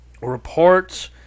reports